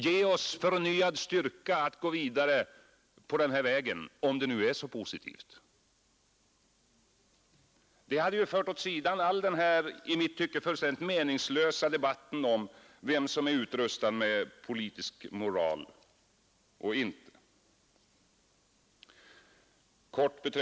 Ge oss förnyad styrka att gå vidare på denna väg — om den nu är så positiv. Det hade fört åt sidan all denna i mitt tycke fullständigt meningslösa debatt om vem som är utrustad med politisk moral.